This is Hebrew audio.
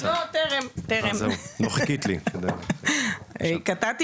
גם הגופים הקודמים שהיו לפני הרשות לביטחון קהילתי,